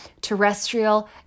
terrestrial